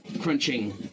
crunching